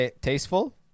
Tasteful